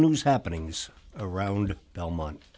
news happenings around belmont